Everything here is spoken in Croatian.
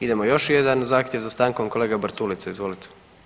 Idemo još jedan zahtjev za stankom kolega Bartulica, izvolite.